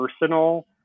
personal